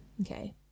okay